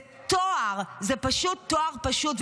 זה טוהר, זה פשוט טוהר פשוט.